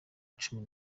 cumi